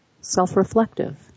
self-reflective